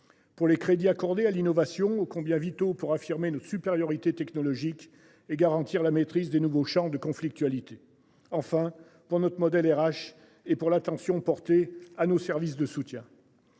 Pour les crédits accordés à l'innovation, oh combien vitaux pour affirmer supériorité technologique et garantir la maîtrise des nouveaux champs de conflictualité enfin pour notre modèle RH et pour l'attention portée à nos services de soutien.